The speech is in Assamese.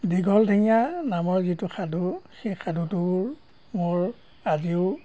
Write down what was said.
দীঘল ঠেঙীয়া নামৰ যিটো সাধু সেই সাধুটো মোৰ আজিও